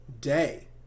day